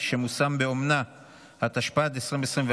התשפ"ד 2024,